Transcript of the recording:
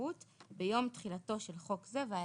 מהשירות ביום תחילתו של חוק זה ואילך.